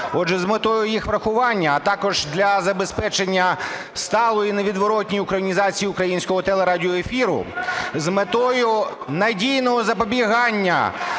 Отже, з метою їх врахування, а також для забезпечення сталої невідворотної українізації українського телерадіоефіру, з метою надійного запобігання